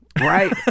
Right